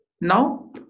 now